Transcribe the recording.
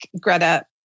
Greta